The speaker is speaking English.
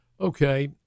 Okay